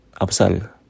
Absal